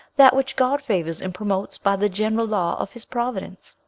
that which god favours and promotes by the general law of his providence.